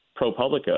ProPublica